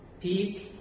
peace